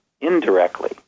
indirectly